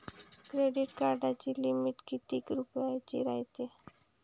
Credit कार्डाची limit कितीक रुपयाची रायते?